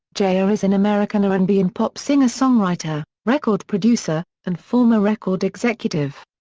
jr. is an american r and b and pop singer-songwriter, record producer, and former record executive.